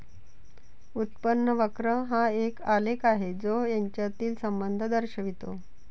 उत्पन्न वक्र हा एक आलेख आहे जो यांच्यातील संबंध दर्शवितो